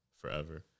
forever